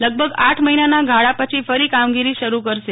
લગભગ આઠ મહિનાના ગાળા પછી ફરી કામગીરી શરૂ કરશે